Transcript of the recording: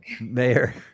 mayor